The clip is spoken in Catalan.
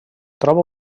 troba